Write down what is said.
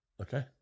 okay